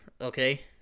okay